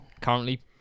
Currently